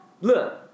look